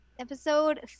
Episode